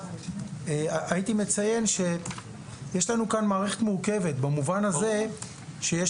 הייתי מציין שיש לנו כאן מערכת מורכבת במובן הזה שיש